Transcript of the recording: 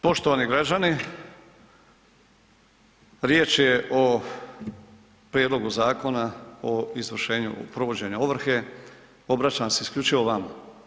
Poštovani građani, riječ je o prijedlogu zakona o izvršenju provođenja ovrhe, obraćam se isključivo vama.